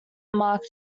marc